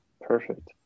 perfect